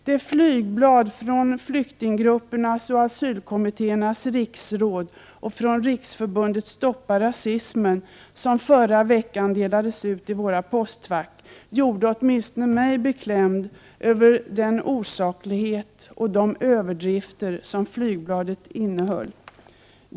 Det flygblad från Flyktinggruppernas och asylkommittéernas riksråd och från Riksförbundet stoppa rasismen som förra veckan delades ut i våra 49 postfack gjorde åtminstone mig beklämd över den osaklighet som präglade det och de överdrifter som det innehöll.